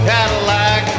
Cadillac